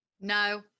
no